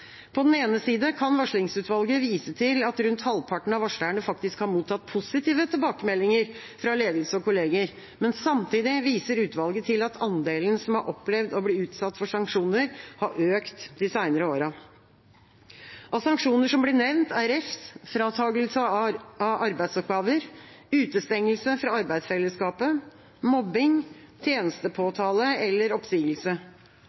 På den ene side kan varslingsutvalget vise til at rundt halvparten av varslerne faktisk har mottatt positive tilbakemeldinger fra ledelse og kolleger, men samtidig viser utvalget til at andelen som har opplevd å bli utsatt for sanksjoner, har økt de senere årene. Av sanksjoner som blir nevnt, er refs, fratakelse av arbeidsoppgaver, utestengelse fra arbeidsfellesskapet, mobbing,